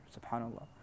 subhanAllah